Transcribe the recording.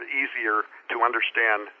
easier-to-understand